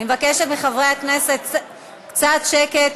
אני מבקשת מחברי הכנסת קצת שקט,